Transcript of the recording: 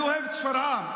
אני אוהב את שפרעם,